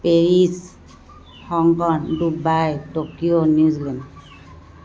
Paris Hong Kong Dubai Tokyo New Zealand